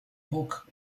book